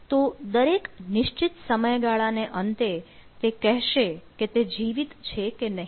તો દરેક નિશ્ચિત સમય ગાળાને અંતે તે કહેશે કે તે જીવિત છે કે નહીં